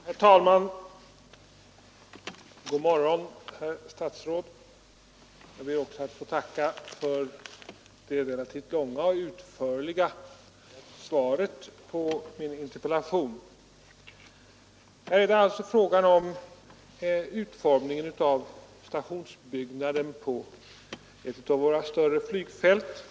Herr talman! Jag ber att få tacka för det relativt långa och utförliga svaret på min interpellation. Här är det alltså fråga om utformningen av stationsbyggnaden på ett av våra större flygfält.